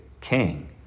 king